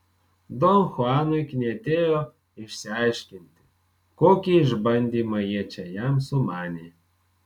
don chuanui knietėjo išsiaiškinti kokį išbandymą jie čia jam sumanė